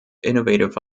innovative